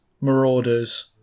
Marauders